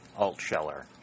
Altscheller